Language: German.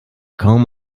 kaum